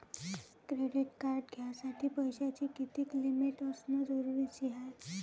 Credit card घ्यासाठी पैशाची कितीक लिमिट असनं जरुरीच हाय?